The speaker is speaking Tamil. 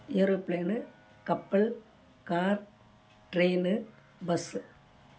ஏரோப்ளேனு கப்பல் கார் ட்ரெயினு பஸ்ஸு